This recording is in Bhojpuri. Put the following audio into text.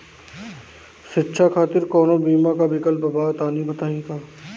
शिक्षा खातिर कौनो बीमा क विक्लप बा तनि बताई?